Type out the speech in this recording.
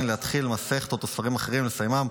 להתחיל מסכתות וספרים אחרים ולסיימם,